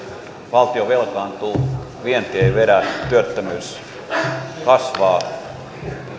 valtio velkaantuu vienti ei vedä työttömyys kasvaa